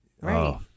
Right